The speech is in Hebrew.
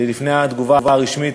לפני התגובה הרשמית,